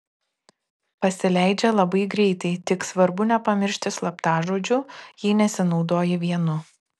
pasileidžia labai greitai tik svarbu nepamiršti slaptažodžių jei nesinaudoji vienu